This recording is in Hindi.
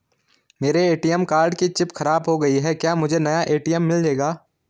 मेरे ए.टी.एम कार्ड की चिप खराब हो गयी है क्या मुझे नया ए.टी.एम मिलेगा?